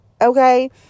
Okay